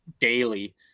daily